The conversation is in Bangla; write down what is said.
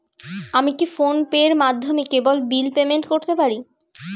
আমি কি ফোন পের মাধ্যমে কেবল বিল পেমেন্ট করতে পারি?